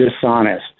dishonest